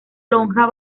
lonja